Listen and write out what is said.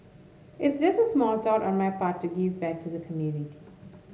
it's just a small thought on my part to give back to the community